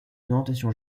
orientation